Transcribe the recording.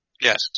Yes